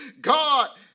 God